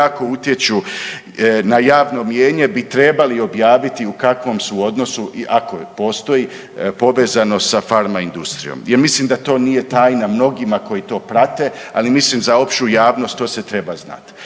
jako utječu na javno mnijenje bi trebali objaviti u kakvom su odnosu i ako postoji povezanost sa farma industrijom. Ja mislim da to nije tajna mnogima koji to prate, ali mislim za opću javnost to se treba znat